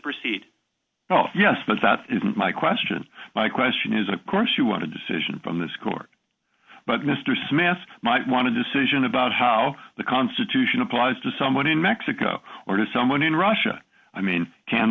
proceed oh yes that is my question my question is of course you want a decision from this court but mr smith might want to decision about how the constitution applies to someone in mexico or to someone in russia i mean can